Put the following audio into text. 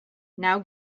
now